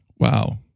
Wow